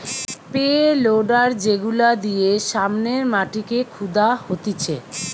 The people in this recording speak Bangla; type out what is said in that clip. পে লোডার যেগুলা দিয়ে সামনের মাটিকে খুদা হতিছে